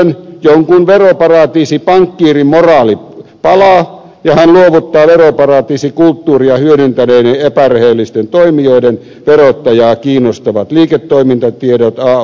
aina silloin tällöin jonkun veroparatiisipankkiirin moraali palaa ja hän luovuttaa veroparatiisikulttuuria hyödyntäneiden epärehellisten toimijoiden verottajaa kiinnostavat liiketoimintatiedot ao